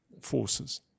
forces